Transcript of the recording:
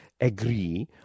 agree